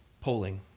polling.